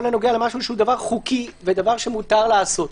הנוגע למשהו שהוא דבר חוקי ודבר שמותר לעשות.